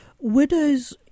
widows